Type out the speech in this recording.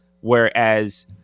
whereas